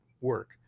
work